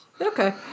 Okay